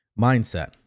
Mindset